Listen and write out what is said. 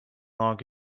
lock